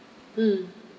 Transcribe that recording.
mm